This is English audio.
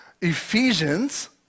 Ephesians